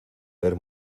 ver